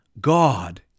God